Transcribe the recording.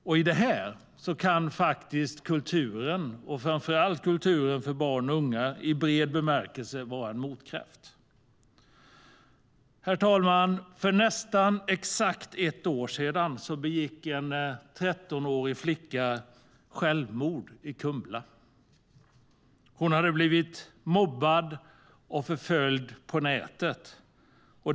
När det gäller det här kan faktiskt kulturen, framför allt kulturen för barn och unga, i bred bemärkelse vara en motkraft. Herr talman! För nästan exakt ett år sedan begick en 13-årig flicka självmord i Kumla. Hon hade blivit mobbad och förföljd på nätet.